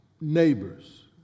neighbors